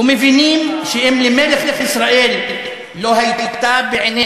ומבינים שאם למלך ישראל לא הייתה בעיני